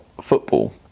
football